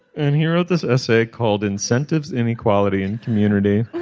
and he wrote this essay called incentives inequality and community